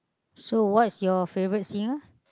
so what's your favorite singer